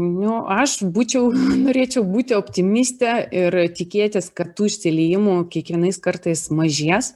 nu aš būčiau norėčiau būti optimistė ir tikėtis kad tų išsiliejimų kiekvienais kartais mažės